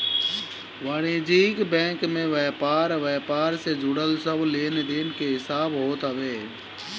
वाणिज्यिक बैंक में व्यापार व्यापार से जुड़ल सब लेनदेन के हिसाब होत हवे